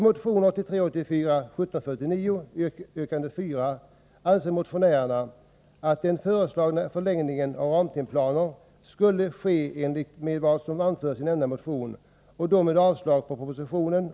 Utskottet avstyrker motionen och jag yrkar avslag på reservation 29.